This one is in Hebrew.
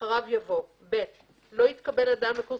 ואחריו יבוא: (ב) לא יתקבל אדם לקורס